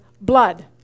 blood